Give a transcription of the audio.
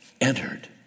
entered